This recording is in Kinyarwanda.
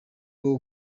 rwo